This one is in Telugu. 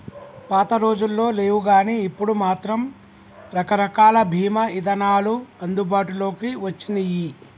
పాతరోజుల్లో లేవుగానీ ఇప్పుడు మాత్రం రకరకాల బీమా ఇదానాలు అందుబాటులోకి వచ్చినియ్యి